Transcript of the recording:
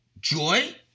joy